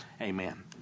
amen